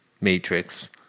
Matrix